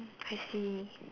I see